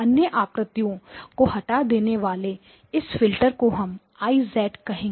अन्य आकृतियों को हटा देने वाले इस फिल्टर को हम I कहेंगे